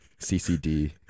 CCD